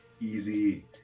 easy